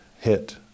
hit